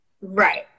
right